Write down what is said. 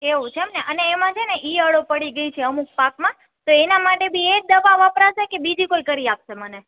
એવું છે એમ ને અને એમાં છે ને ઇયળો પડી ગઈ છે અમુક પાકમાં તો એના માટે બી એ જ દવા વપરશે કે બીજી કોઈ કરી આપશે મને